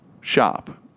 shop